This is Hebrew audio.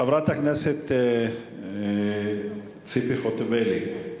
חברת הכנסת ציפי חוטובלי,